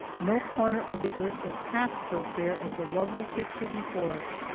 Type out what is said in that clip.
no corner of the earth is half so fair as the lovely picture before us.